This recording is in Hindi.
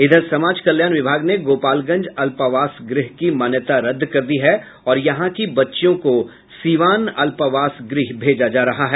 इधर समाज कल्याण विभाग ने गोपालगंज अल्पावास गृह की मान्यता रद्द कर दी है और यहां की बच्चियों को सीवान अल्पावास गृह भेजा जा रहा है